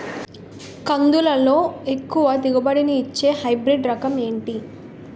కందుల లో ఎక్కువ దిగుబడి ని ఇచ్చే హైబ్రిడ్ రకం ఏంటి?